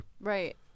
Right